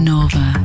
Nova